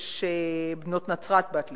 יש "בנות נצרת" באתלטיקה,